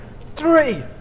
Three